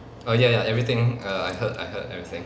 oh ya ya everything err I heard I heard everything